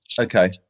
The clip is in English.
Okay